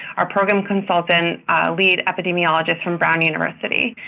our program consultant lead epidemiologist from brown university.